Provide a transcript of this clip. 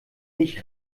ich